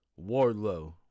Wardlow